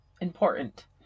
important